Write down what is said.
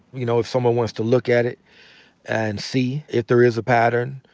you know, if someone wants to look at it and see if there is a pattern,